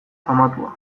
famatua